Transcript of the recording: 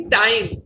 time